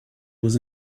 was